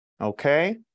Okay